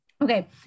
Okay